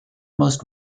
most